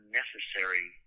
necessary